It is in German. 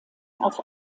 auf